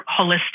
holistic